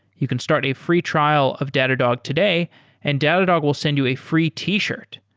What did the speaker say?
you can start a free trial of datadog today and datadog will send you a free t-shirt.